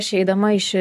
išeidama iš